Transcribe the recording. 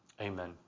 amen